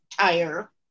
tire